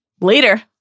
Later